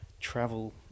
travel